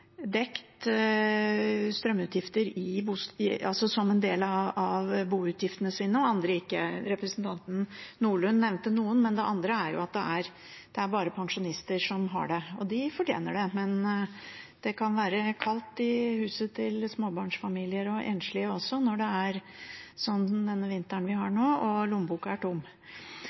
dekt strømutgifter som en del av boutgiftene sine og andre ikke. Representanten Nordlund nevnte noen, men det andre er jo at det bare er pensjonister som har det. De fortjener det, men det kan være kaldt i huset til småbarnsfamilier og enslige også når det er sånn som den vinteren vi har nå, og lommeboka er tom.